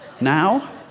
now